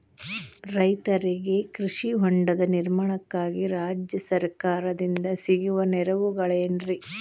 ರೈತರಿಗೆ ಕೃಷಿ ಹೊಂಡದ ನಿರ್ಮಾಣಕ್ಕಾಗಿ ರಾಜ್ಯ ಸರ್ಕಾರದಿಂದ ಸಿಗುವ ನೆರವುಗಳೇನ್ರಿ?